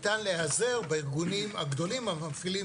ניתן להיעזר בארגונים הגדולים המפעילים